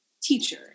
teacher